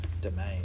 Domain